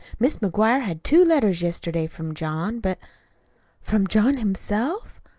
mis' mcguire had two letters yesterday from john, but from john himself?